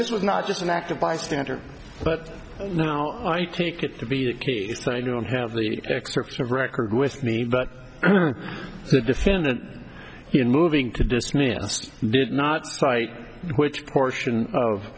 this was not just an act of bystander but now i take it to be that i don't have the excerpts of record with me but the defendant in moving to dismiss did not cite which portion of